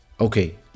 Okay